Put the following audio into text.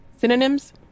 synonyms